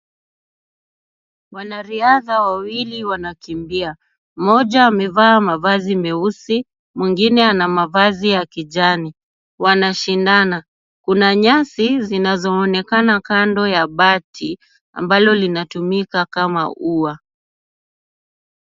Wanariadha wawili wanakimbia, mmoja amevaa mavazi meusi, mwingine ana mavazi ya kijani wanashindana. Kuna nyasi zinazoonekana kando ya bati ambalo linatumika kama ua.